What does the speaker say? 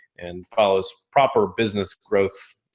and follows proper business growth,